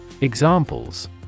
Examples